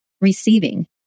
receiving